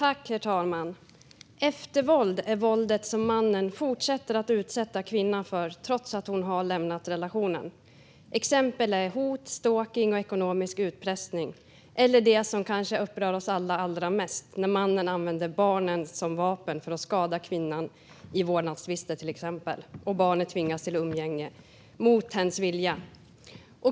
Herr talman! Eftervåld är det våld som mannen fortsätter att utsätta kvinnan för trots att hon har lämnat relationen. Exempel är hot, stalkning och ekonomisk utpressning eller det som kanske upprör oss alla allra mest, nämligen när mannen använder barnen som vapen för att skada kvinnan i vårdnadstvister och barnen tvingas till umgänge mot sin vilja.